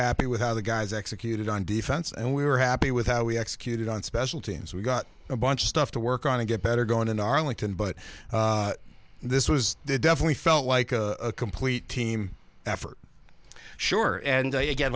happy with how the guys executed on defense and we were happy with how we executed on special teams we got a bunch of stuff to work on to get better going in arlington but this was definitely felt like a complete team effort sure and again